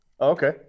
Okay